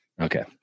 Okay